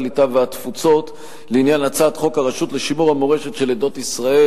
הקליטה והתפוצות לעניין הצעת חוק הרשות לשימור המורשת של עדות ישראל,